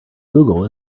google